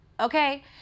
okay